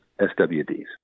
SWDs